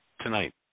tonight